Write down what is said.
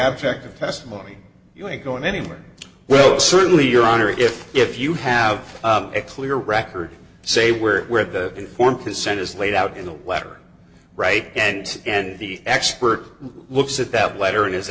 object of testimony you ain't going anywhere well certainly your honor if if you have a clear record say where where the informed consent is laid out in the wet or right end and the expert looks at that letter and is